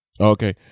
Okay